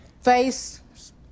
face